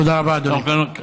תודה רבה, אדוני.